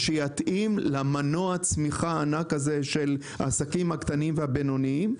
ושיתאים למנוע הצמיחה הענק הזה של העסקים הקטנים והבינוניים.